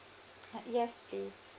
yes yes